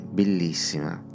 bellissima